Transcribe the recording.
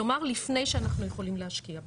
כלומר לפני שאנחנו יכולים להשקיע בהן.